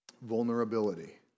Vulnerability